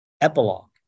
epilogue